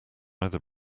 either